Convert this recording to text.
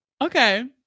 okay